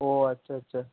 ও আচ্ছা আচ্ছা